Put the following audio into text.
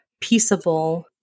peaceable